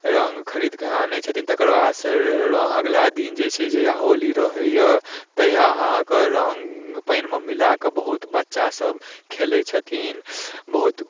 रङ्ग खरीद कऽ आनै छथिन तकर बादसँ र अगिला दिन जे छै से जहिया होली रहैए तहिया अहाँके रङ्ग पानिमे मिला कऽ बहुत बच्चासभ खेलै छथिन बहुत